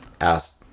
asked